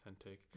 authentic